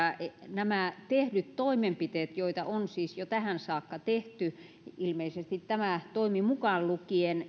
nämä tehdyt toimenpiteet joita on siis jo tähän saakka tehty ilmeisesti tämä toimi mukaan lukien